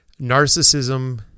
narcissism